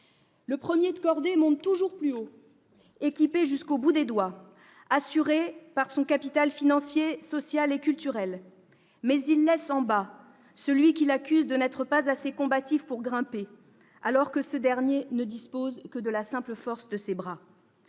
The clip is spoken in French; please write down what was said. Le « premier de cordée » monte toujours plus haut, équipé jusqu'au bout des doigts, assuré par son capital financier, social et culturel, mais il laisse en bas celui qu'il accuse de n'être pas assez combatif pour grimper, alors que ce dernier ne dispose que de la simple force de ses bras.